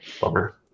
Bummer